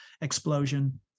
explosion